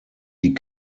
die